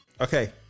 Okay